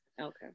Okay